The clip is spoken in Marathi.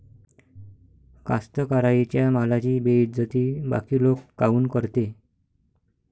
कास्तकाराइच्या मालाची बेइज्जती बाकी लोक काऊन करते?